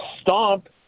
stomp